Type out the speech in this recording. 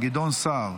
גדעון סער.